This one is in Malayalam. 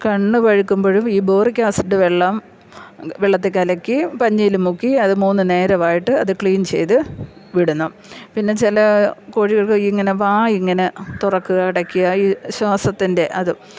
കണ്ണ് വഴുക്കുമ്പോഴും ഈ ബോറിക് ആസിഡ് വെള്ളം വെള്ളത്തിൽ കലക്കി പഞ്ഞിയിൽ മുക്കി അത് മൂന്ന് നേരമായിട്ട് അത് ക്ലീൻ ചെയ്തു വിടണം പിന്നെ ചില കോഴികൾക്ക് ഇങ്ങനെ വായ ഇങ്ങനെ തുറക്കുക അടക്കുക ഈ ശ്വാസത്തിൻ്റെ അത്